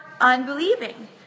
unbelieving